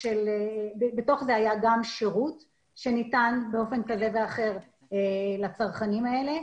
כאשר בתוך זה היה גם שירות שניתן באופן כזה ואחר לצרכנים האלה.